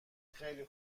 خیلی